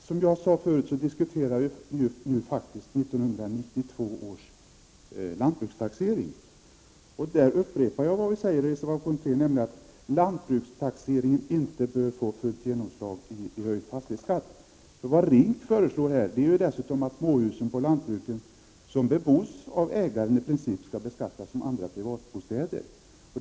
Fru talman! Som jag tidigare påpekade diskuterar vi faktiskt 1992 års lantbrukstaxering. Jag upprepar här vad vi uttalade i reservation 3, nämligen att lantbrukstaxeringen inte bör få fullt genomslag i höjd fastighetsskatt. Vad RINK föreslår är ju dessutom att småhus på lantbruk, vilka bebos av ägaren, i princip skall beskattas som andra privatbostäder.